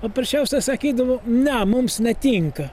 paprasčiausia sakydavo ne mums netinka